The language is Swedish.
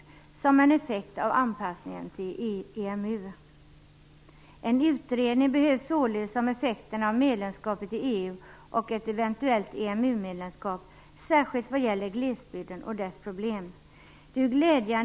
Detta är en effekt av anpassningen till EMU. Således behövs det en utredning av effekterna av medlemskapet i EU och av ett eventuellt EMU-medlemskap, särskilt vad gäller glesbygden och dess problem. Herr talman!